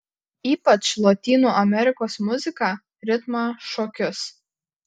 ypač lotynų amerikos muziką ritmą šokius